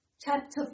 chapter